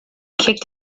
kicked